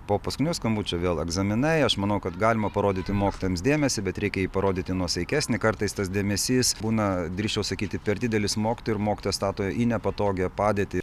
po paskutinio skambučio vėl egzaminai aš manau kad galima parodyti mokytojams dėmesį bet reikia jį parodyti nuosaikesnį kartais tas dėmesys būna drįsčiau sakyti per didelis mokytojai ir mokytoją stato į nepatogią padėtį